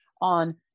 on